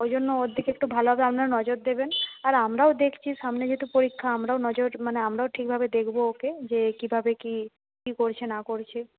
ওই জন্য ওর দিকে একটু ভালোভাবে আপনারা নজর দেবেন আর আমরাও দেখছি সামনে যেহেতু পরীক্ষা আমরাও নজর মানে আমরাও ঠিকভাবে দেখবো ওকে যে কীভাবে কি করছে না করছে